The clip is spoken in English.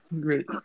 Great